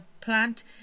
plant